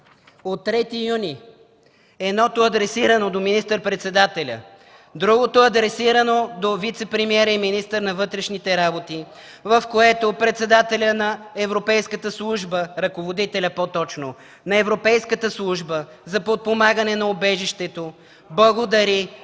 писма), едното адресирано до министър-председателя, а другото адресирано до вицепремиера и министър на вътрешните работи, в което председателят на Европейската служба, по-точно ръководителят на Европейската служба за подпомагане на убежището благодари